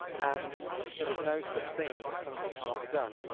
and there was no such thing as something can't be done,